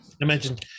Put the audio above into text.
Imagine